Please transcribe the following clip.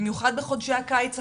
במיוחד בחודשי הקיץ החמים,